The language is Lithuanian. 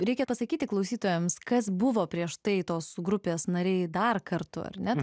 reikia pasakyti klausytojams kas buvo prieš tai tos grupės nariai dar kartu ar net